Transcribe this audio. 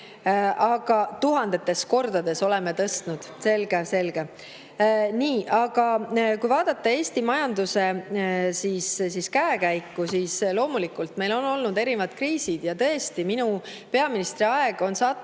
Tuhandetes kordades oleme tõstnud? Selge, selge. Nii! Aga kui vaadata Eesti majanduse käekäiku, siis loomulikult meil on olnud erinevad kriisid ja tõesti minu peaministriaeg on sattunud